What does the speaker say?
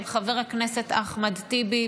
של חבר הכנסת אחמד טיבי,